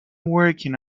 working